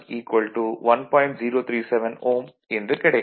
037 Ω என்று கிடைக்கும்